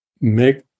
make